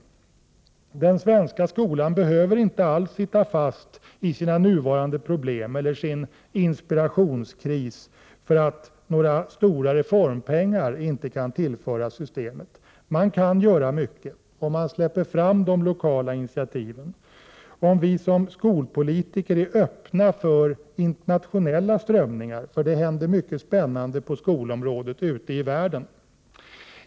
Den svenska skolan behöver inte alls sitta fast i sina nuvarande problem eller sin inspirationskris därför att några stora reformpengar inte kan tillföras skolan. Man kan göra mycket - om man släpper fram de lokala initiativen och —- om vi som skolpolitiker är öppna för internationella strömningar, för det händer mycket spännande på skolområdet ute i världen.